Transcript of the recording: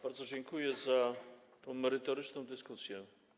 Bardzo dziękuję za tę merytoryczną dyskusję.